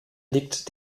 liegt